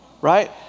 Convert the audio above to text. right